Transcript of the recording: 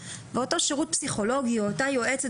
ואותו שירות פסיכולוגי או אותה יועצת